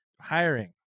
hiring